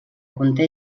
conté